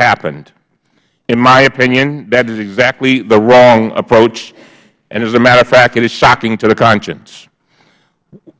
happened in my opinion that is exactly the wrong approach and as a matter of fact it is shocking to the conscience